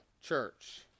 church